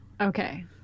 Okay